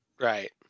right